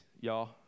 y'all